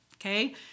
Okay